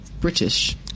British